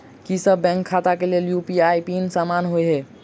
की सभ बैंक खाता केँ लेल यु.पी.आई पिन समान होइ है?